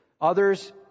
Others